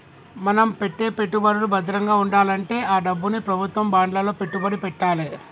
మన పెట్టే పెట్టుబడులు భద్రంగా వుండాలంటే ఆ డబ్బుని ప్రభుత్వం బాండ్లలో పెట్టుబడి పెట్టాలే